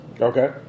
Okay